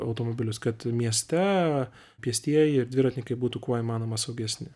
automobilius kad mieste pėstieji ir dviratininkai būtų kuo įmanoma saugesni